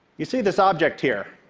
you see this object here.